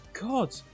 God